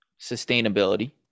sustainability